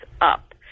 up